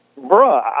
Bruh